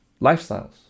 lifestyles